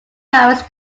paris